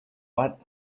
what